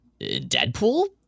Deadpool